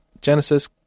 Genesis